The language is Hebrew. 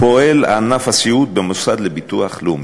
פועל ענף הסיעוד במוסד לביטוח לאומי.